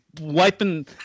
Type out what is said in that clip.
wiping